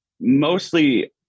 mostly